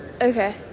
Okay